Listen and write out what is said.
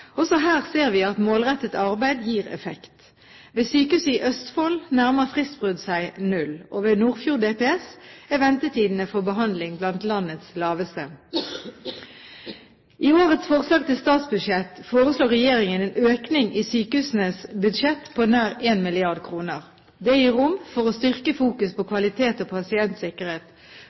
Også her ser vi at målrettet arbeid gir effekt. Ved Sykehuset Østfold nærmer antallet fristbrudd seg null, og ved Nordfjord DPS er ventetidene for behandling blant landets laveste. I årets forslag til statsbudsjett foreslår regjeringen en økning i sykehusenes budsjett på nær 1 mrd. kr. Det gir rom for å styrke kvaliteten og